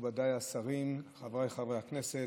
מכובדיי השרים, חבריי חברי הכנסת,